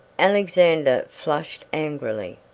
alexander flushed angrily.